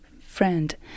friend